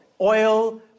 Oil